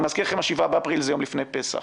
אני מזכיר לכם, 7 באפריל הוא יום לפני פסח.